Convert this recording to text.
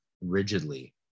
rigidly